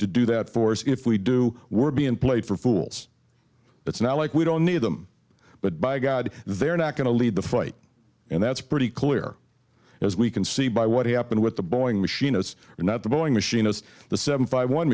to do that force if we do we're being played for fools it's not like we don't need them but by god they're not going to lead the fight and that's pretty clear as we can see by what happened with the boeing machinists and not the boeing machinist the seven five one